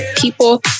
people